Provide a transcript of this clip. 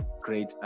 great